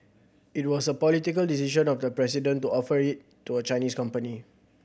it was a political decision of the president to offer it to a Chinese company